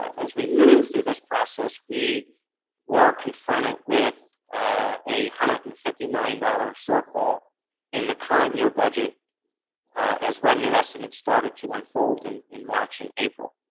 as we move through this process, we were confronted with ah one hundred and fifty million dollars shortfall in the current year budget as revenue estimates started to unfold in in march and april.